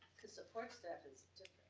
because support staff is